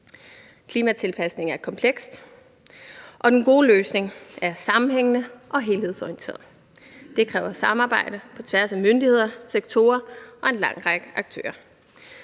Klimatilpasning er komplekst, og den gode løsning er sammenhængende og helhedsorienteret. Det kræver samarbejde på tværs af myndigheder, sektorer og en lang række aktører.